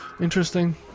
Interesting